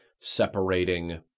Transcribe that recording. separating